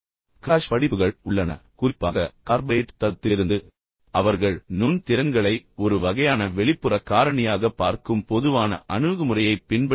crash படிப்புகள் உள்ளன பின்னர் குறிப்பாக கார்ப்பரேட் தளத்திலிருந்து அவர்கள் நுண் திறன்களை ஒரு வகையான வெளிப்புற காரணியாகப் பார்க்கும் பொதுவான அணுகுமுறையைப் பின்பற்றுகிறார்கள்